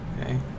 okay